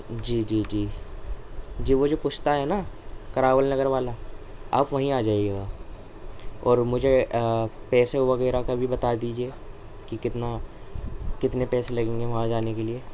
جی جی جی جی وہ جو کشتا ہے نا کراول نگر والا آپ وہیں آ جائیے گا اور مجھے پیسے وغیرہ کا بھی بتا دیجیے کہ کتنا کتنے پیسے لگیں گے وہاں جانے کے لیے